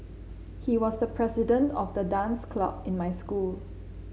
he was the president of the dance club in my school